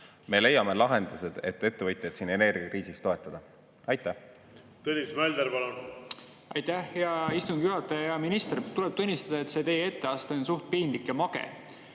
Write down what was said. me leiame lahendused, et ettevõtjaid energiakriisis toetada. Tõnis Mölder, palun! Aitäh, hea istungi juhataja! Hea minister! Tuleb tunnistada, et see teie etteaste on suht piinlik ja mage.